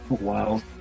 Wow